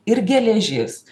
ir geležis